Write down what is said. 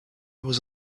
was